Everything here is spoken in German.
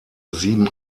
sieben